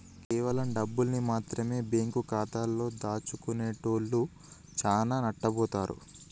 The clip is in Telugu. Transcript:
కేవలం డబ్బుల్ని మాత్రమె బ్యేంకు ఖాతాలో దాచుకునేటోల్లు చానా నట్టబోతారు